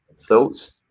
thoughts